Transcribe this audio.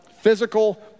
physical